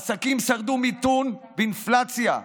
עסקים שרדו מיתון ואינפלציה,